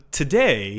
today